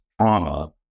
trauma